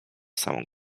samą